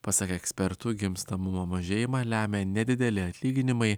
pasak ekspertų gimstamumo mažėjimą lemia nedideli atlyginimai